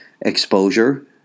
exposure